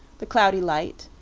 the cloudy light,